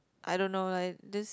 I don't know like this